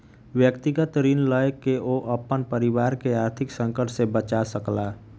व्यक्तिगत ऋण लय के ओ अपन परिवार के आर्थिक संकट से बचा सकला